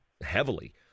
heavily